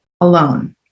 alone